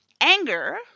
anger